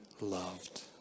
loved